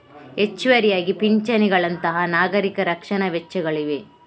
ಹೆಚ್ಚುವರಿಯಾಗಿ ಪಿಂಚಣಿಗಳಂತಹ ನಾಗರಿಕ ರಕ್ಷಣಾ ವೆಚ್ಚಗಳಿವೆ